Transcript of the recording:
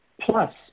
Plus